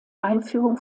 einführung